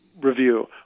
review